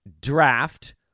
draft